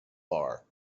barre